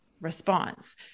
response